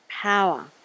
power